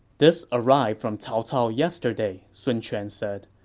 this arrived from cao cao yesterday, sun quan said.